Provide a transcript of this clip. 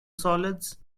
solids